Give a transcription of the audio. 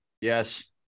yes